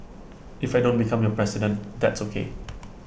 if I don't become your president that's ok